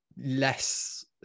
less